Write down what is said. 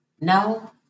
No